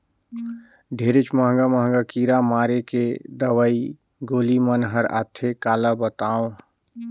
ढेरेच महंगा महंगा कीरा मारे के दवई गोली मन हर आथे काला बतावों